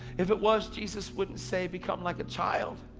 if it was, jesus wouldn't say become like a child.